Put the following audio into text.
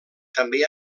també